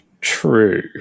true